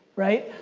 right?